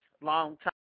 longtime